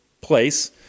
place